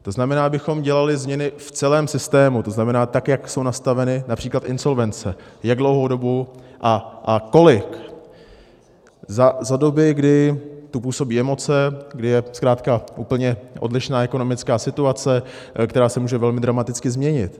To znamená, abychom dělali změny v celém systému, to znamená, tak jak jsou nastaveny například insolvence, jak dlouhou dobu a kolik za dobu, kdy tu působí emoce, kdy je zkrátka úplně odlišná ekonomická situace, která se může velmi dramaticky změnit.